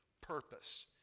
purpose